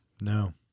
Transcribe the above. no